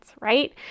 right